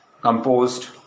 composed